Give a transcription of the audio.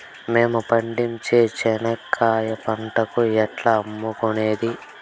మేము పండించే చెనక్కాయ పంటను ఎట్లా అమ్ముకునేది?